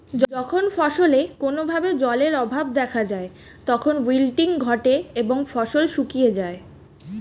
যখন ফসলে কোনো ভাবে জলের অভাব দেখা যায় তখন উইল্টিং ঘটে এবং ফসল শুকিয়ে যায়